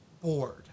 bored